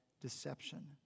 deception